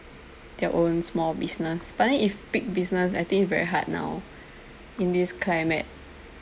their own small business but then if big business I think is very hard now in this climate